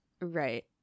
Right